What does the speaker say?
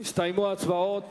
נסתיימו ההצבעות